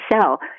sell